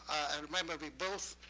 i remember we both